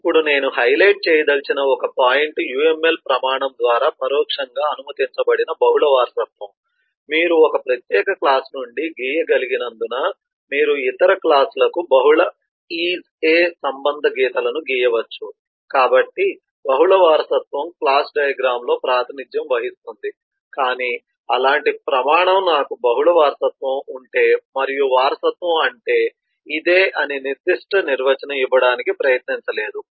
ఇప్పుడు నేను హైలైట్ చేయదలిచిన ఒక పాయింట్ UML ప్రమాణం ద్వారా పరోక్షంగా అనుమతించబడిన బహుళ వారసత్వం మీరు ఒక ప్రత్యేక క్లాస్ నుండి గీయగలిగినందున మీరు ఇతర క్లాస్ లకు బహుళ IS A సంబంధ గీతలను గీయవచ్చు కాబట్టి బహుళ వారసత్వం క్లాస్ డయాగ్రామ్ లో ప్రాతినిధ్యం వహిస్తుంది కాని అలాంటి ప్రమాణం నాకు బహుళ వారసత్వం ఉంటే మరియు వారసత్వం అంటే ఇదే అని నిర్దిష్ట నిర్వచనం ఇవ్వడానికి ప్రయత్నించలేదు